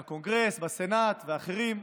בקונגרס, בסנאט ואחרים,